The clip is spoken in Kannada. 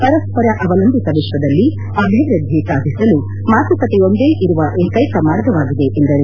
ಪರಸ್ಪರ ಅವಲಂಬಿತ ವಿಶ್ವದಲ್ಲಿ ಅಭಿವೃದ್ಲಿ ಸಾಧಿಸಲು ಮಾತುಕತೆಯೊಂದೆ ಇರುವ ಏಕೈಕ ಮಾರ್ಗವಾಗಿದೆ ಎಂದರು